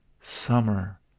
Summer